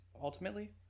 Ultimately